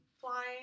flying